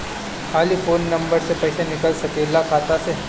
खाली phone number से पईसा निकल सकेला खाता से?